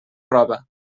roba